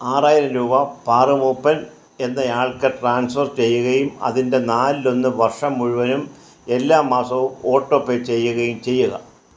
ആറായിരം രൂപ പാറു മൂപ്പൻ എന്നയാൾക്ക് ട്രാൻസ്ഫർ ചെയ്യുകയും അതിൻ്റെ നാലിലൊന്ന് വർഷം മുഴുവനും എല്ലാ മാസവും ഓട്ടോ പേ ചെയ്യുകയും ചെയ്യുക